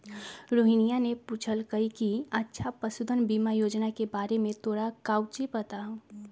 रोहिनीया ने पूछल कई कि अच्छा पशुधन बीमा योजना के बारे में तोरा काउची पता हाउ?